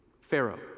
pharaoh